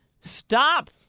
stop